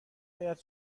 باید